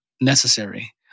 necessary